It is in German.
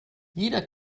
jeder